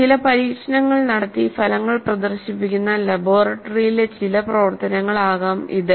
ചില പരീക്ഷണങ്ങൾ നടത്തി ഫലങ്ങൾ പ്രദർശിപ്പിക്കുന്ന ലബോറട്ടറിയിലെ ചില പ്രവർത്തനങ്ങളാകാം ഇത്